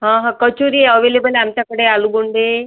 हां हां कचोरी अवेलेबल आहे आमच्याकडे आलू बोंडे